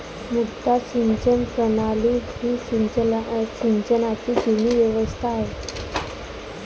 मुड्डा सिंचन प्रणाली ही सिंचनाची जुनी व्यवस्था आहे